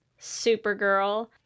Supergirl